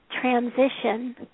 transition